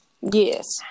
yes